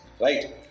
Right